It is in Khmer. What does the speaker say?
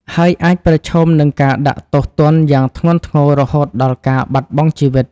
ហើយអាចប្រឈមនឹងការដាក់ទោសទណ្ឌយ៉ាងធ្ងន់ធ្ងររហូតដល់ការបាត់បង់ជីវិត។